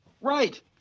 Right